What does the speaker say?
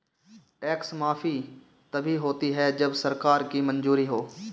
tax माफी तभी होती है जब सरकार की मंजूरी हो